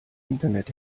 internet